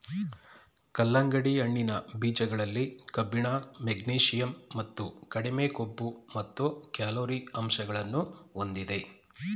ಕಲ್ಲಂಗಡಿ ಹಣ್ಣಿನ ಬೀಜಗಳಲ್ಲಿ ಕಬ್ಬಿಣ, ಮೆಗ್ನೀಷಿಯಂ ಮತ್ತು ಕಡಿಮೆ ಕೊಬ್ಬು ಮತ್ತು ಕ್ಯಾಲೊರಿ ಅಂಶಗಳನ್ನು ಹೊಂದಿದೆ